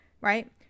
Right